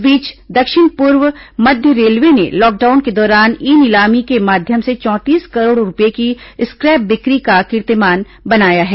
इस बीच दक्षिण पूर्व मध्य रेलवे ने लॉकडाउन के दौरान ई नीलामी के माध्यम से चौंतीस करोड़ रूपये की स्क्रैप बिक्री का कीर्तिमान बनाया है